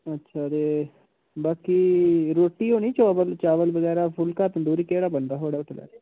अच्छा ते बाकी रुट्टी होनी चौल फुल्का तंदूरी बगैरा केह्ड़ा बनदा थुहाड़े होटलै च